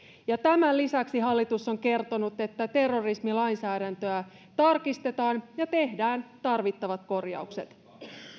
tämän lisäksi hallitus on kertonut että terrorismilainsäädäntöä tarkistetaan ja tehdään tarvittavat korjaukset